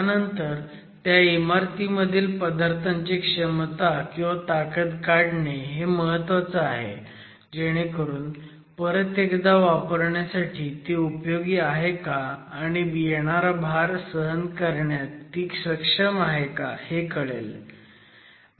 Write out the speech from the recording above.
त्यानंतर त्या इमारतीमधील पदार्थांची क्षमता किंवा ताकद काढणे महत्वाचं आहे जेणेकरून परत एकदा वापरण्यासाठी ती उपयोगी आहे का आणि येणारा भार सहन करण्यात ती सक्षम आहे का हे कळेल